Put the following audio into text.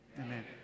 Amen